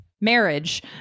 marriage